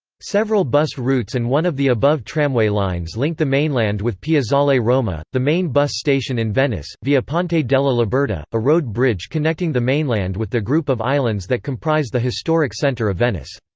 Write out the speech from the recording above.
several bus routes and one of the above tramway lines link the mainland with piazzale roma, the main bus station in venice, via ponte della liberta, a road bridge connecting the mainland with the group of islands that comprise the historic center of venice.